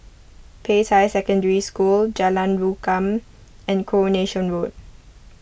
Peicai Secondary School Jalan Rukam and Coronation Road